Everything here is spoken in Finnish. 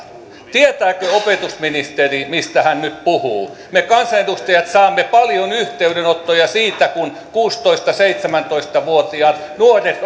tietääkö opetusministeri mistä hän nyt puhuu me kansanedustajat saamme paljon yhteydenottoja siitä kun kuusitoista viiva seitsemäntoista vuotiaat nuoret